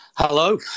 Hello